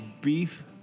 beef